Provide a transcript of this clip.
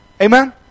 amen